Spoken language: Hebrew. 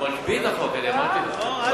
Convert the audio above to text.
זה מקפיא את החוק, אני אמרתי לך.